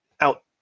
out